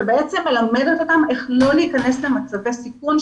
שבעצם מלמדת אותם איך לא להיכנס למצבי סיכון,